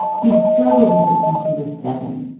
he'd struggled with it since he was seven.